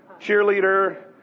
cheerleader